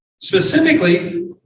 Specifically